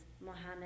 Mohammed